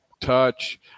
touch